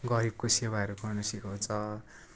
गरिबको सेवाहरू गर्नु सिकाउँछ